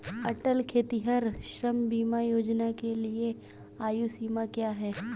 अटल खेतिहर श्रम बीमा योजना के लिए आयु सीमा क्या है?